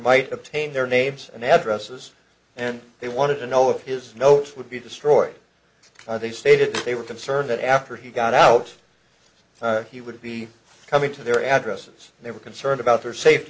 might obtain their names and addresses and they wanted to know if his notes would be destroyed and they stated they were concerned that after he got out he would be coming to their addresses and they were concerned about their safety